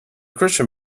christian